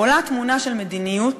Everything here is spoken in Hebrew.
עולה תמונה של מדיניות